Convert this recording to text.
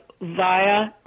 via